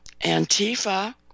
Antifa